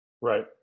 Right